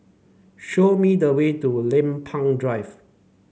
show me the way to Lempeng Drive